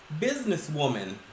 businesswoman